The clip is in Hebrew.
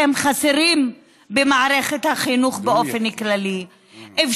שחסרות במערכת החינוך באופן כללי.